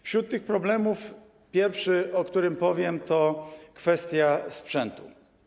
Wśród tych problemów pierwszy, o którym powiem, to kwestia sprzętu.